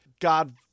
God